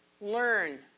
Learn